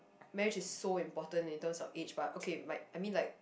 marriage is so important in terms of age but okay might I mean like